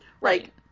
Right